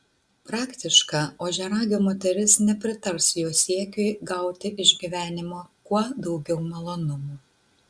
praktiška ožiaragio moteris nepritars jo siekiui gauti iš gyvenimo kuo daugiau malonumų